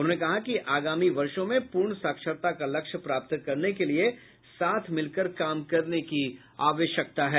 उन्होंने कहा कि आगामी वर्षों में पूर्ण साक्षरता का लक्ष्य प्राप्त करने के लिए साथ मिलकर काम करने की आवश्यकता है